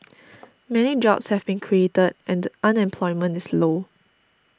many jobs have been created and unemployment is low